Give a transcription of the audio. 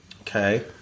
okay